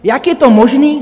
Jak je to možné?